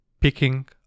picking